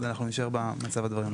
אנחנו נישאר במצב הדברים הנוכחי.